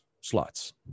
slots